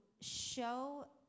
show